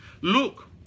Look